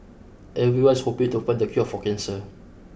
everyone's hoping to find the cure for cancer